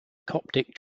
coptic